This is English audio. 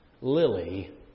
lily